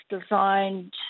designed